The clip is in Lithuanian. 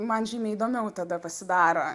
man žymiai įdomiau tada pasidaro